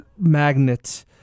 magnet